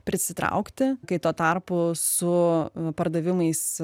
prisitraukti kai tuo tarpu su pardavimais